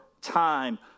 time